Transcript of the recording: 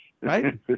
Right